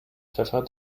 pfeffer